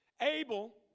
Abel